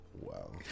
Wow